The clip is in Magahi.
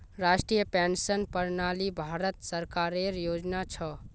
राष्ट्रीय पेंशन प्रणाली भारत सरकारेर योजना छ